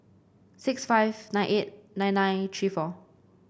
six five nine eight nine nine three four